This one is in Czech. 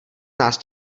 nás